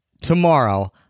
Tomorrow